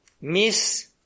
Miss